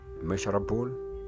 measurable